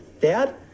Dad